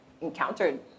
encountered